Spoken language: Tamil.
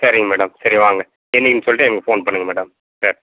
சரிங்க மேடம் சரி வாங்க என்னைக்கினு சொல்லிட்டு எங்களுக்கு ஃபோன் பண்ணுங்கள் மேடம் சேரி